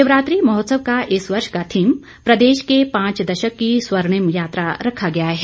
शिवरात्रि महोत्सव का इस वर्ष का थीम प्रदेश के पांच दशक की स्वर्णिम यात्रा रखा गया है